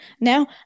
now